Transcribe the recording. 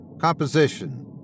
Composition